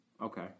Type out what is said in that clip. Okay